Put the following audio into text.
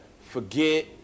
Forget